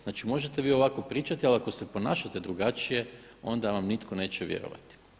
Znači, možete vi ovako pričati, ali ako se ponašate drugačije, onda vam nitko neće vjerovati.